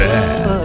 Bad